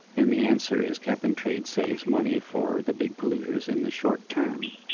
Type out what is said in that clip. and the answer is, cap and trade saves money for the big polluters in the short term.